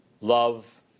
Love